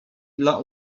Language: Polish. dla